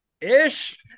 ish